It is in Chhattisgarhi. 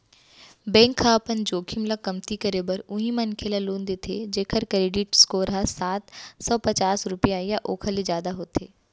बेंक ह अपन जोखिम ल कमती करे बर उहीं मनखे ल लोन देथे जेखर करेडिट स्कोर ह सात सव पचास रुपिया या ओखर ले जादा होथे